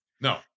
No